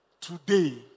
Today